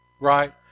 right